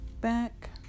back